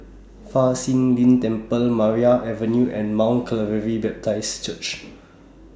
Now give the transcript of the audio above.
Fa Shi Lin Temple Maria Avenue and Mount Calvary Baptist Church